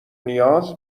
نیاز